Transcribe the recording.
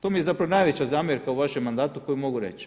To mi je zapravo najveća zamjerka u vašem mandatu koju mogu reći.